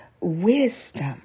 wisdom